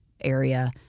area